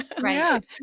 right